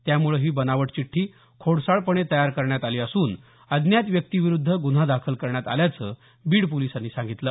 त्यामुळे ही बनावट चिठ्ठी खोडसाळपणे तयार करण्यात आली असून अज्ञात व्यक्तीविरुद्ध गुन्हा दाखल करण्यात आल्याचं बीड पोलिसांनी सांगितलं